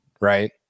Right